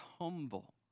humble